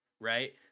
right